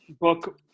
book